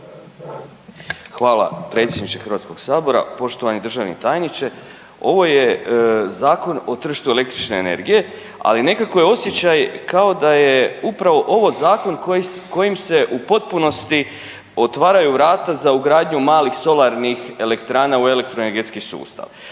Hvala predsjedniče HS-a, poštovani državni tajniče, ovo je Zakon o tržištu električne energije, ali nekako je osjećaj kao da je upravo ovo zakon kojim se u potpunosti otvaraju vrata za ugradnju malih solarnih elektrana u elektroenergetski sustav.